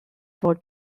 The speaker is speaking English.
for